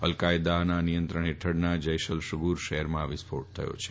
al Qaeda નિયંત્રણ ફેઠળના જૈશ અલ શુગુર શહેરમાં આ વિસ્ફોટ થયો છે